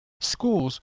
schools